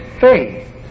faith